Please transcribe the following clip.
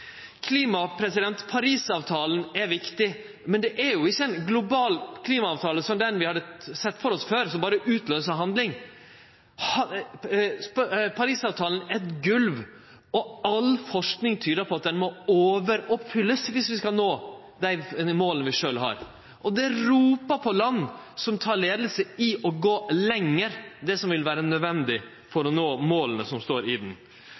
klima: Paris-avtalen er viktig, men det er jo ikkje ein global klimaavtale som den vi hadde sett for oss før, som berre utløyser handling. Paris-avtalen er eit golv, og all forsking tyder på at han må verte overoppfylt dersom vi skal nå dei måla vi sjølv har. Det ropar på land som tek leiinga og går lenger enn det som vil vere nødvendig for å nå måla som står i